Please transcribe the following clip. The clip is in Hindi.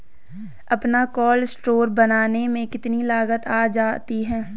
अपना कोल्ड स्टोर बनाने में कितनी लागत आ जाती है?